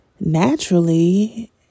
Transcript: naturally